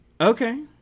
Okay